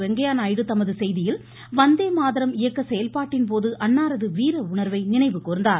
வெங்கய்ய நாயுடு தமது செய்தியில் வந்தேமாதரம் இயக்க செயல்பாட்டின் போது அன்னாரது வீர உண்வை நினைவுகூ்ந்தார்